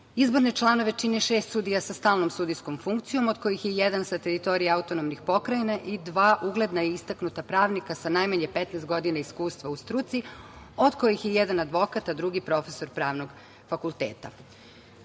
zakonom. Izborne članove čine šest sudija sa stalnom sudijskom funkcijom, od kojih je jedan sa teritorija AP i dva ugledna i istaknuta pravnik sa najmanje 15 godina iskustva u struci, od kojih je jedan advokat, a drugi profesor pravnog fakulteta. Kada